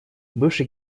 бывший